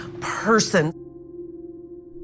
person